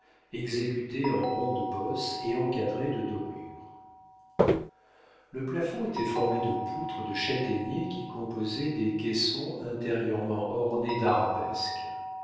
exécuté en ronde bosse et encadré de dorures le plafond était formé de poutres de châtaignier qui composaient des caissons intérieurement ornés d'arabesques